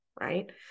Right